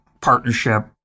partnership